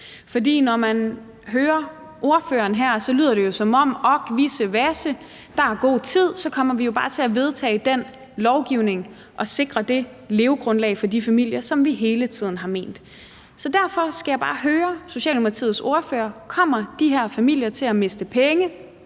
For når man hører ordføreren her, lyder det: Ork, vissevasse, der er god tid, og så kommer vi jo bare til at vedtage den lovgivning og sikre det levegrundlag for de familier, sådan som vi hele tiden har ment. Derfor skal jeg bare høre Socialdemokratiets ordfører: Kommer de her familier til at miste penge